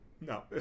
No